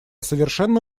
совершенно